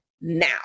now